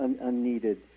unneeded